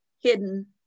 hidden